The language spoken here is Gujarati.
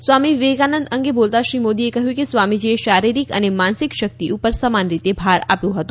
સ્વામી વિવેકાનંદ અંગે બોલતા શ્રી મોદીએ કહ્યું કે સ્વામીજીએ શારીરિક અને માનસિક શક્તિ ઉપર સમાનરીતે ભાર આપ્યો હતો